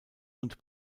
und